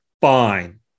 Fine